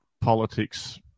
politics